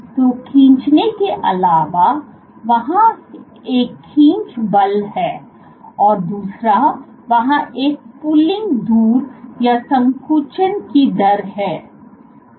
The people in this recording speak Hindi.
तो खींचने के अलावा वहां एक खींच बल है और दूसरा वहां एक पूलिंग दर या संकुचन कि दर है